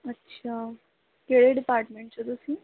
ਅੱਛਾ ਕਿਹੜੇ ਡਿਪਾਰਟਮੈਂਟ 'ਚ ਹੋ ਤੁਸੀਂ